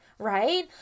Right